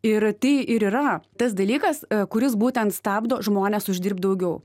ir tai ir yra tas dalykas kuris būtent stabdo žmones uždirbt daugiau